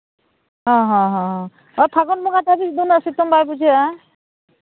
ᱦᱮᱸ ᱦᱮᱸ ᱦᱮᱸ ᱯᱷᱟᱹᱜᱩᱱ ᱵᱚᱸᱜᱟ ᱫᱷᱟᱹᱵᱤᱡ ᱫᱚ ᱩᱱᱟᱹᱜ ᱥᱤᱛᱩᱝ ᱵᱟᱭ ᱵᱩᱡᱷᱟᱹᱜᱼᱟ